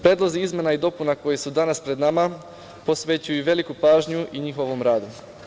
Predlozi izmena i dopuna koji su danas pred nama posvećuju veliku pažnju i njihovom radu.